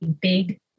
big